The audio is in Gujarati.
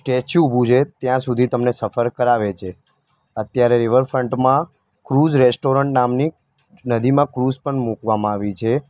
સ્ટૅચ્યુ ઉભું છે ત્યાં સુધી તમને સફર કરાવે છે અત્યારે રિવરફ્રન્ટમાં ક્રૂઝ રૅસ્ટોરન્ટ નામની નદીમાં ક્રૂઝ પણ મૂકવામાં આવી છે